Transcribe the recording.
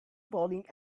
bowling